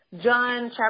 John